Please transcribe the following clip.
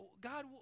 God